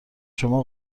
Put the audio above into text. شما